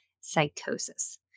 psychosis